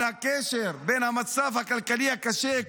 על הקשר למצב הכלכלי הקשה?